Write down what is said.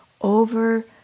over